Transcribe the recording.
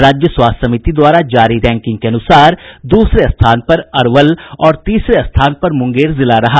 राज्य स्वास्थ्य समिति द्वारा जारी रैंकिंग के अनुसार दूसरे स्थान पर अरवल और तीसरे स्थान पर मुंगेर जिला रहा